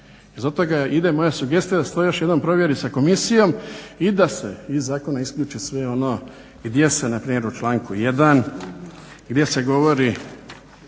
toga ide moja sugestija da se to još jednom provjeri sa komisijom i da se iz zakona isključe sve ono gdje se npr. u članku 1. govori